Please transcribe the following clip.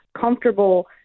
comfortable